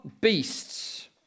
beasts